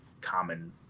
common